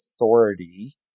authority